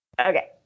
Okay